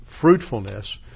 fruitfulness